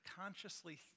consciously